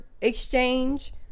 exchange